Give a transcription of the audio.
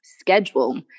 schedule